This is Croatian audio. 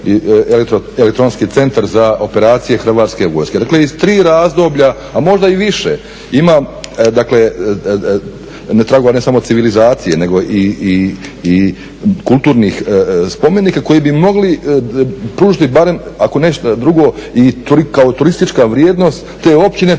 elektronski centar za operacije Hrvatske vojske, dakle iz tri razdoblja, a možda i više tragova ne samo civilizacije nego i kulturnih spomenika koji bi mogli pružiti barem ako ništa drugo kao turistička vrijednost te općine